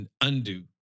undo